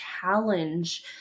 challenge